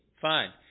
Fine